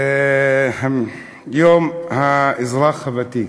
יום האזרח הוותיק.